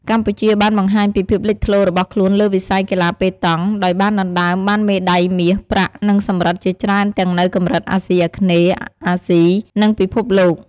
កម្ពុជាបានបង្ហាញពីភាពលេចធ្លោរបស់ខ្លួនលើវិស័យកីឡាប៉េតង់ ដោយបានដណ្ដើមបានមេដៃមាស ប្រាក់ និងសំរឹទ្ធជាច្រើនទាំងនៅកម្រិតអាស៊ីអាគ្នេយ៍ អាស៊ី និងពិភពលោក។